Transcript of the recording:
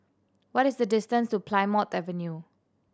what is the distance to Plymouth Avenue